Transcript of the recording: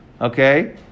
Okay